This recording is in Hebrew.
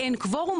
אין קוורום,